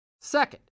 Second